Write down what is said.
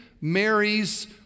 Mary's